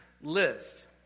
list